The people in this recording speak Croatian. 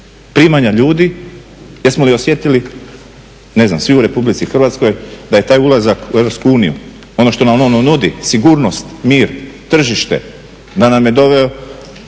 primanja ljudi, jesmo li osjetili ne znam svi u RH da je taj ulazak u EU ono što nam ona nudi sigurnost, mir, tržište, da nam je doveo